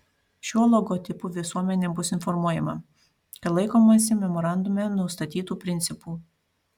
šiuo logotipu visuomenė bus informuojama kad laikomasi memorandume nustatytų principų